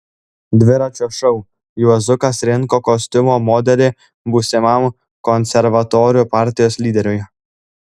dviračio šou juozukas rinko kostiumo modelį būsimam konservatorių partijos lyderiui